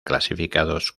clasificados